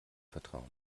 vertrauen